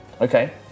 Okay